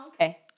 okay